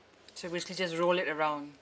so basically just roll it around